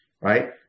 right